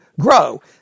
grow